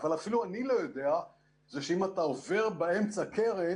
אבל אפילו אני לא יודע שאם אתה עובר באמצע קרן,